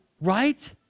Right